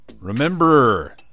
Remember